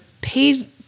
paid